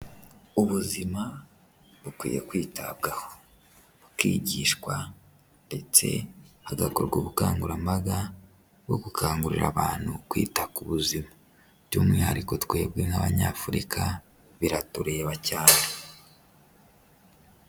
Ubuzima bukwiye kwitabwaho, bukigishwa ndetse hagakorwa ubukangurambaga bwo gukangurira abantu kwita ku buzima by'umwihariko twebwe nk'Abanyafurika biratureba cyane.